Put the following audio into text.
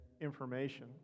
information